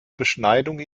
beschneidung